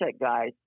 guys